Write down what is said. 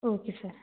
okay sir